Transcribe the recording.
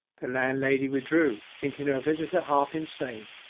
the landlady withdrew, thinking her visitor half insane.